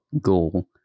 goal